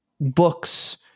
books